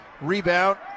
rebound